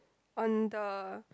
on the